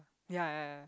ya ya ya